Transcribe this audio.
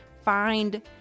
find